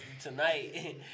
tonight